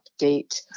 update